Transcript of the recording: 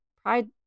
pride